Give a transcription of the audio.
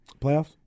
Playoffs